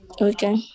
Okay